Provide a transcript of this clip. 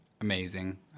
amazing